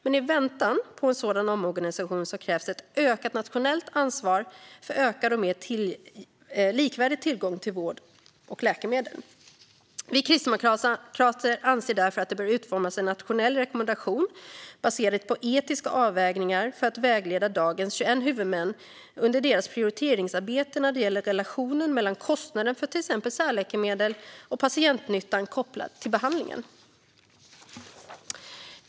I väntan på en sådan omorganisation krävs dock ett ökat nationellt ansvar för ökad och mer likvärdig tillgång till vård och läkemedel. Vi kristdemokrater anser därför att det bör utformas en nationell rekommendation baserad på etiska avvägningar för att vägleda dagens 21 huvudmän under deras prioriteringsarbete när det gäller relationen mellan kostnaden för till exempel särläkemedel och patientnyttan kopplad till behandlingen.